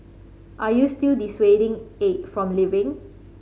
are you still dissuading Aide from leaving